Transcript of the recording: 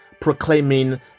proclaiming